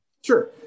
Sure